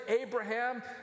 Abraham